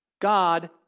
God